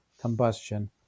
combustion